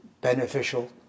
beneficial